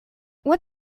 what